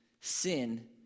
sin